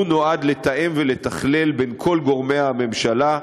הוא נועד לתאם, ולתכלל, בין כל גורמי הממשלה.